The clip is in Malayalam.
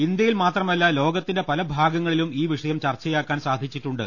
ഇന്ത്യയിൽ മാത്രമല്ല ലോകത്തിന്റെ പല ഭാഗങ്ങളിലും ഈ വിഷയം ചർച്ചയാക്കാൻ സാധിച്ചിട്ടുണ്ട്